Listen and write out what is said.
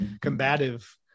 combative